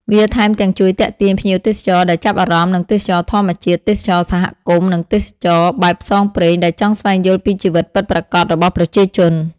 វាថែមទាំងជួយទាក់ទាញភ្ញៀវទេសចរដែលចាប់អារម្មណ៍នឹងទេសចរណ៍ធម្មជាតិ ទេសចរណ៍សហគមន៍ និងទេសចរណ៍បែបផ្សងព្រេងដែលចង់ស្វែងយល់ពីជីវិតពិតប្រាកដរបស់ប្រជាជន។